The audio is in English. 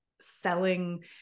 selling